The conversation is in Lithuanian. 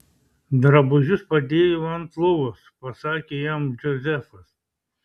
drabužius padėjau ant lovos pasakė jam džozefas